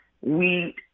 wheat